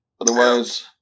Otherwise